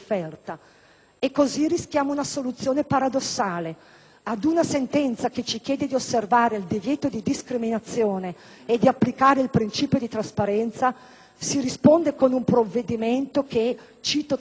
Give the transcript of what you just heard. ad una sentenza che ci chiede di osservare il divieto di discriminazione e di applicare il principio di trasparenza, si risponde con un provvedimento che - cito testualmente dalla nota di lettura del Servizio del bilancio del Senato